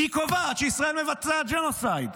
היא קובעת שישראל מבצעת ג'נוסייד.